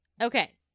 Okay